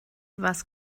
was